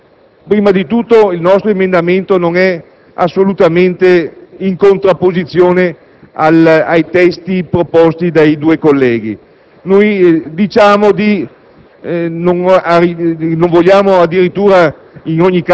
Signor Presidente, innanzitutto l'emendamento 1.1 non è assolutamente in contrapposizione ai testi proposti dai colleghi